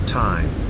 time